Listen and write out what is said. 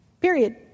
Period